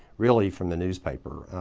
really from the newspaper.